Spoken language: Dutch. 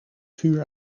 vuur